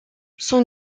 sans